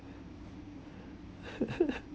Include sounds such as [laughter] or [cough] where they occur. [laughs]